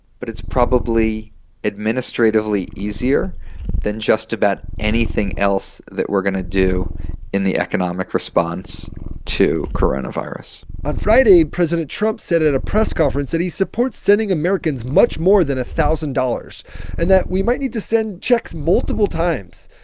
but it's probably administratively easier than just about anything else that we're going to do in the economic response to coronavirus on friday, president trump said at a press conference that he supports sending americans much more than one thousand dollars and that we might need to send checks multiple times.